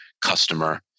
customer